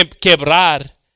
quebrar